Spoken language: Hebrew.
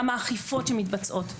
גם האכיפות שמתבצעות,